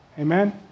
Amen